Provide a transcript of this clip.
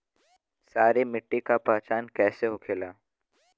सारी मिट्टी का पहचान कैसे होखेला?